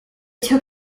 took